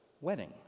wedding